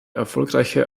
erfolgreiche